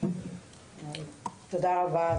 תודה רבה.